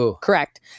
correct